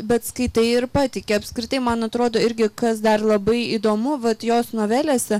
bet skaitai ir patiki apskritai man atrodo irgi kas dar labai įdomu vat jos novelėse